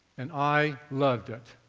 and i loved it.